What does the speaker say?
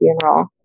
funeral